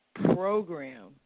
program